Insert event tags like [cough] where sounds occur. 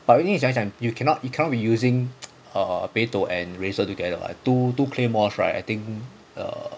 but 因为怎样讲 you cannot you cannot be using [noise] beidou and razor together right two two claymores right I think err